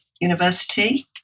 university